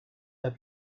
had